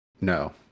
No